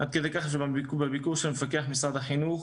עד כדי כך שבביקור של מפקח משרד החינוך